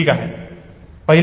ठीक आहे